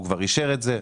הוא כבר אישר את זה,